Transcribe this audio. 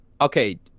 okay